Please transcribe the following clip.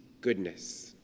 goodness